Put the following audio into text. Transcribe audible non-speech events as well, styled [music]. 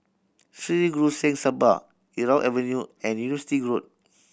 Sri Guru Singh Sabha Irau Avenue and [unintelligible] Road